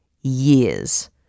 years